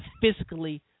physically